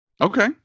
Okay